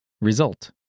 result